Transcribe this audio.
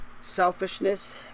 Selfishness